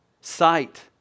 Sight